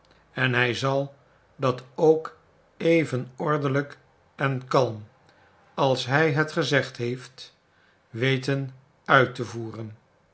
en hij zal dat ook even ordelijk en kalm als hij het gezegd heeft weten uit te voeren